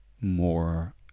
more